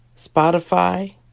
Spotify